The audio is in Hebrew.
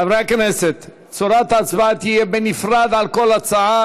חברי הכנסת, ההצבעה תהיה בנפרד על כל הצעה.